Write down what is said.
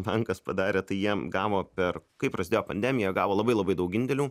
bankas padarė tai jiem gavo per kai prasidėjo pandemiją gavo labai labai daug indėlių